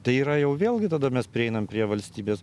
tai yra jau vėlgi tada mes prieinam prie valstybės